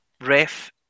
ref